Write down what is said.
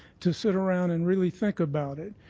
to sit around and really think about it,